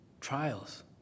trials